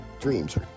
Dreams